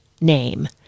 name